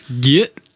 get